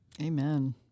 Amen